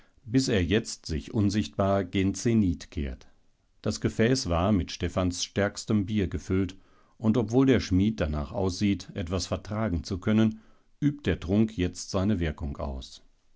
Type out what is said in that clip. bis er jetzt sich unsichtbar gen zenith kehrt das gefäß war mit stephans stärkstem bier gefüllt und obwohl der schmied danach aussieht etwas vertragen zu können übt der trunk jetzt seine wirkung aus